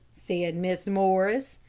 said mrs. morris.